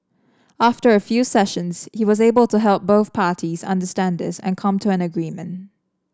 after a few sessions he was able to help both parties understand this and come to an agreement